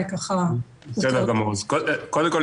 קודם כל,